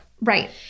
Right